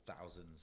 thousands